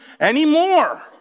anymore